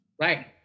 Right